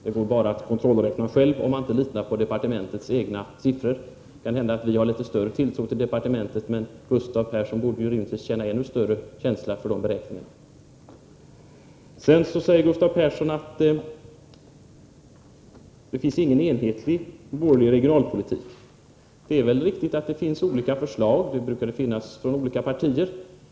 Det går att kontrollera själv för den som inte litar på departementets siffror. Det kan hända att vi har litet större tilltro till departementet, men Gustav Persson borde rimligtvis ha ännu större känsla för de beräkningarna. Sedan säger Gustav Persson att vi inte har någon enhetlig regionalpolitik. Det är riktigt att det finns olika förslag — det brukar det finnas från olika partier.